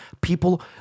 People